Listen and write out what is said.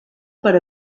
per